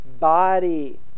body